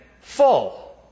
full